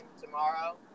tomorrow